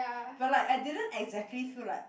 but like I didn't exactly feel like